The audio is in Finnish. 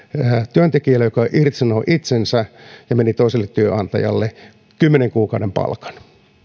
työntekijälle joka irtisanoi itsensä ja meni toiselle työnantajalle kymmenen kuukauden palkan